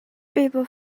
people